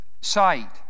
sight